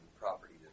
property